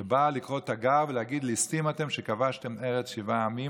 שבאה לקרוא תיגר ולהגיד: ליסטים אתם שכבשתם ארץ שבעה העמים,